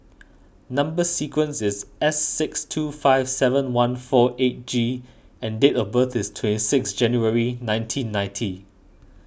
Number Sequence is S six two five seven one four eight G and date of birth is twenty six January nineteen ninety